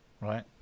right